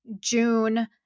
June